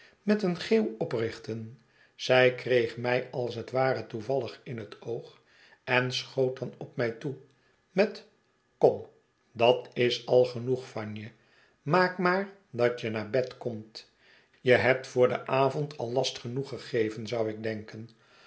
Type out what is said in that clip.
met een geeuw oprichten zij kreeg mij als het ware toevallig in het oog en schoot dan op mij toe met kom dat is al genoeg van je maak maar dat je naar bed komt je hebt voor van avond al last genoeg gegeven zou ik denken